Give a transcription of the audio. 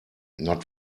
not